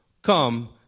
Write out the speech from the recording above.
Come